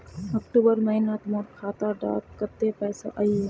अक्टूबर महीनात मोर खाता डात कत्ते पैसा अहिये?